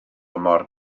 mor